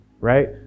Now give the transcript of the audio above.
right